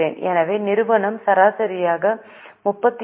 எனவே நிறுவனம் சராசரியாக 36